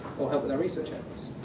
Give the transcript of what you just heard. or help with our research efforts.